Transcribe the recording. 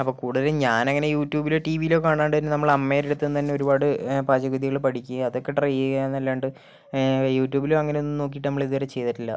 അപ്പോൾ കൂടുതലും ഞാൻ അങ്ങനെ യൂട്യൂബിലോ ടിവിയിലോ കാണാണ്ട് തന്നെ നമ്മൾ ആമ്മേടെ അടുത്തുനിന്ന് നിന്നു തന്നെ ഒരുപാട് പാചക വിദ്യകള് പഠിക്കേ അതൊക്കെ ട്രൈ ചെയ്യാന്ന് അല്ലാണ്ട് യൂട്യൂബിലും അങ്ങനെന്നും നോക്കിയിട്ട് നമ്മള് ഇതുവരെ ചെയ്തിട്ടില്ല